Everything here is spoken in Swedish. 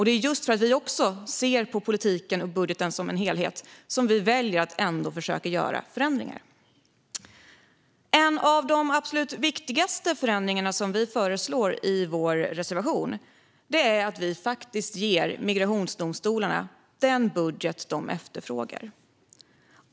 Det är just för att också vi ser politiken och budgeten som en helhet som vi väljer att försöka göra förändringar. En av de absolut viktigaste förändringar vi föreslår i vår reservation är att faktiskt ge migrationsdomstolarna den budget de efterfrågar.